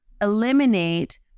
eliminate